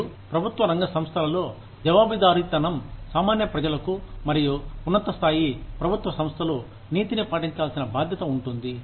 మరియు ప్రభుత్వ రంగా సంస్థలలో జవాబుదారీతనం సామాన్య ప్రజలకూ మరియు ఉన్నత స్థాయి ప్రభుత్వ సంస్థలు నీతిని పాటించాల్సిన బాధ్యత ఉంటుంది